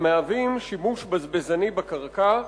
המהווים שימוש בזבזני בקרקע,